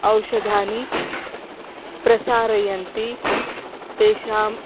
औषधानि प्रसारयन्ति तेषाम्